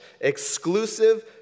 exclusive